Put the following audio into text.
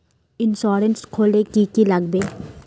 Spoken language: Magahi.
इंश्योरेंस खोले की की लगाबे?